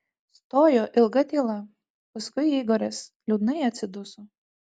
stojo ilga tyla paskui igoris liūdnai atsiduso